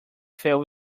fell